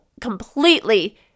completely